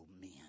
men